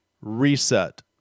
Reset